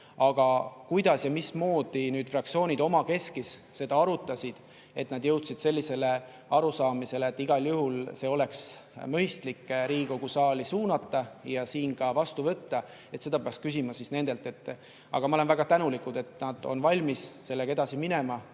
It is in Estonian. seda, kuidas ja mismoodi nüüd fraktsioonid omakeskis seda arutasid ja jõudsid sellisele arusaamisele, et igal juhul oleks mõistlik Riigikogu saali suunata ja siin vastu võtta, peaks küsima nendelt. Aga ma olen väga tänulik, et nad on valmis sellega edasi minema.